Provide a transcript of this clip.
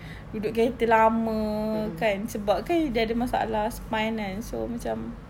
duduk kereta lama kan sebab kan ida ada masalah spine kan so macam